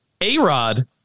A-Rod